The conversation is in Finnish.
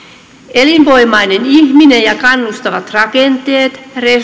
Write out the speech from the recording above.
elinvoimainen ihminen ja kannustavat rakenteet